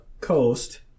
coast